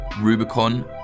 Rubicon